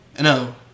no